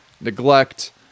neglect